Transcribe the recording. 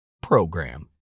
program